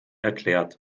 erklärt